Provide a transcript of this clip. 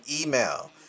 email